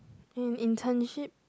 and internship